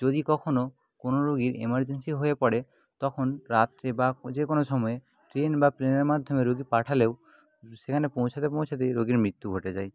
যদি কখনও কোনো রোগীর এমারজেন্সি হয়ে পড়ে তখন রাত্রে বা যে কোন সময়ে ট্রেন বা প্লেনের মাধ্যমে রোগী পাঠালেও সেখানে পৌঁছাতে পৌঁছেতেই রোগীর মৃত্যু ঘটে যায়